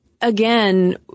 again